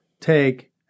take